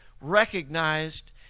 recognized